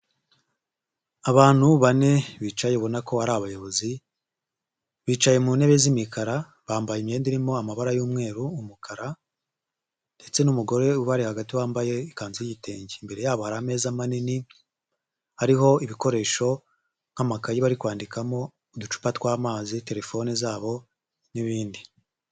Abantu bane bicaye ubona ko ari abayobozi, bicaye mu ntebe z'imikara, bambaye imyenda irimo amabara y'umweru, umukara ndetse n'umugore ubari hagati wambaye ikanzu y'igitenge, imbere yabo hari ameza manini, ariho ibikoresho nk'amakayi bari kwandikamo, uducupa tw'amazi, telefone zabo n'ibindi.